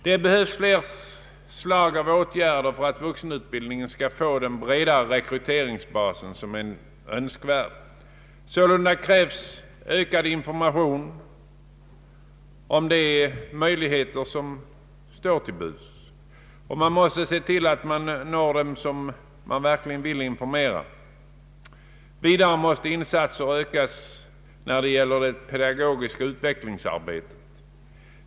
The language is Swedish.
Det behövs flera slag av åtgärder för att vuxenutbildningen skall få den bredare rekryteringsbas som är önskvärd. Sålunda krävs ökad information om de möjligheter som står till buds, och man måste se till att man når dem som man verkligen vill informera. Vidare måste insatserna ökas när det gäller det pe dagogiska utvecklingsarbetet.